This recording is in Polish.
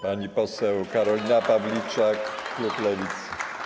Pani poseł Karolina Pawliczak, klub Lewicy.